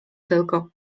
tylko